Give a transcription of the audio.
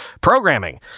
programming